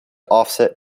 offset